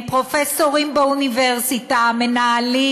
הם פרופסורים באוניברסיטה, מנהלים,